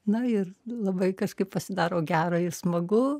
na ir labai kažkaip pasidaro gera ir smagu